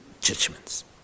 judgments